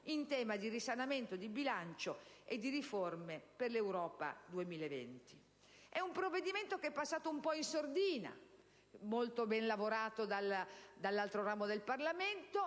in tema di risanamento di bilancio e di riforme per Europa 2020. È un provvedimento che è passato un po' in sordina, molto ben lavorato dall'altro ramo del Parlamento,